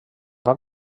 van